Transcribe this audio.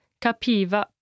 capiva